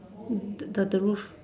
the the roof